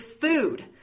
food